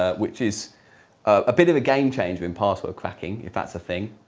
ah which is a bit of a game changer in password cracking, if that's a thing